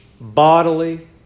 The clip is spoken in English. bodily